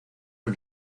con